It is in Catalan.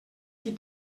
qui